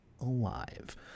alive